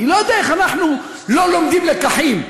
אני לא יודע איך אנחנו לא לומדים לקחים.